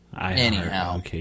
Anyhow